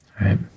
Right